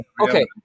Okay